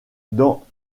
dans